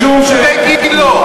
בגילה,